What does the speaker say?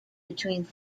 between